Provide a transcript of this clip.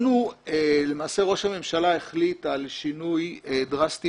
למעשה ראש הממשלה החליט על שינוי דרסטי